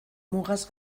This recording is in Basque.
mugaz